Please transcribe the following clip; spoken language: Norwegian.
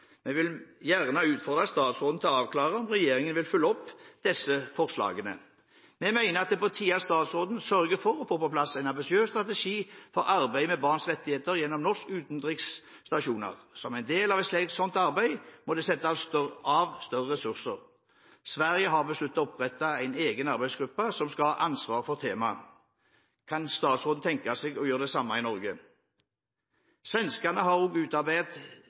Vi vil gjerne utfordre statsråden til å avklare om regjeringen vil følge opp disse forslagene. Vi mener at det er på tide at statsråden sørger for å få på plass en ambisiøs strategi for arbeidet med barns rettigheter gjennom norske utenriksstasjoner. Som en del av et sånt arbeid må det settes av større ressurser. Sverige har besluttet å opprette en egen arbeidsgruppe som skal ha ansvar for temaet. Kan statsråden tenke seg å gjøre det samme i Norge? Svenskene har også utarbeidet